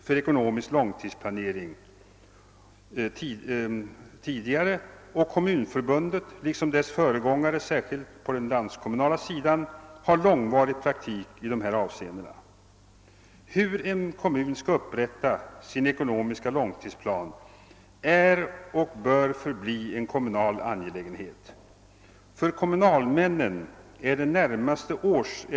Däremot inser varken jag eller kommunalmännen i gemen inom drätselkammare och kommunalnämnder, varför detaljerna skall behöva redovisas — det blir i alla fall inte så. KELP har samordnats med de kommunala <bostadsbyggnadsprogrammen. Hur fungerar då dessa?